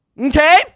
Okay